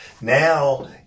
Now